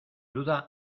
duda